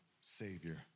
Savior